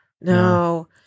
No